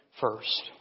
first